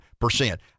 percent